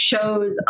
shows